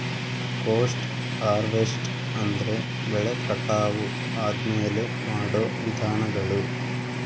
post harvest ಅಂದ್ರೆ ಬೆಳೆ ಕಟಾವು ಆದ್ಮೇಲೆ ಮಾಡೋ ವಿಧಾನಗಳು